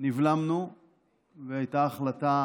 נבלמנו והייתה החלטה